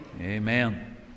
Amen